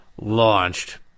launched